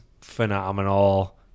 phenomenal